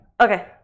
Okay